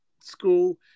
School